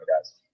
guys